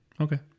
okay